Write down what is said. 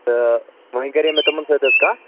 تہٕ وۅنۍ کَریے مےٚ تِمَن سۭتۍ حظ کَتھ